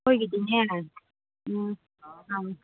ꯑꯩꯈꯣꯏꯒꯤꯗꯤꯅꯦ ꯎꯝ